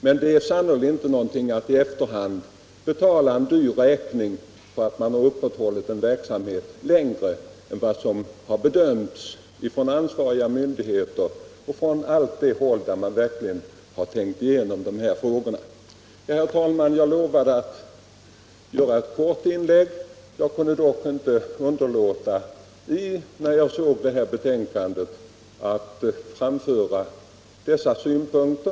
Men det är sannerligen icke lämpligt att binda sig för att i efterhand betala en dyr räkning för att man upprätthållit en verksamhet längre än vad som av ansvariga myndigheter och personer som verkligen tänkt igenom dessa frågor bedömts vara riktigt. Herr talman! Jag lovade att göra ett kort inlägg, men jag kunde inte underlåta att framföra dessa synpunkter sedan jag läst betänkandet.